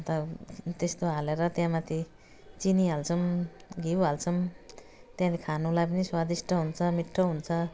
अन्त त्यस्तो हालेर त्यो माथि चिनी हाल्छौँ घिउ हाल्छौँ त्यहाँदेखि खानुलाई पनि स्वादिष्ट हुन्छ मिठो हुन्छ